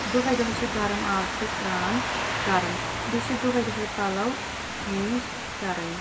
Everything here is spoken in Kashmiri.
دۄہے دۄہے چھ گرم آبہٕ سۭتۍ سرٛان کَرُن بیٚیہِ چھِ دۄہے دۄہے پَلَو چینٛج کَرٕنۍ